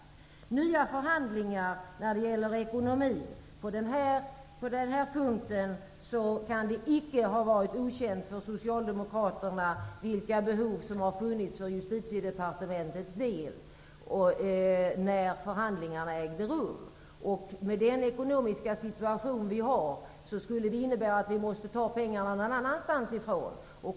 Hans Göran Franck talar om nya förhandlingar om ekonomin. Det kan icke ha varit okänt för Socialdemokraterna vilka behov som har funnits för Justitiedepartementets del när förhandlingarna ägde rum. Med den ekonomiska situation som vi har, skulle det innebära att vi måste ta pengarna någon annanstans.